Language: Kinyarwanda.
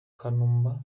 kanumba